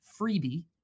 freebie